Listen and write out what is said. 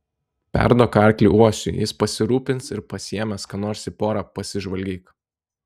perduok arklį uosiui jis pasirūpins ir pasiėmęs ką nors į porą pasižvalgyk